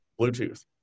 Bluetooth